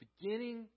beginning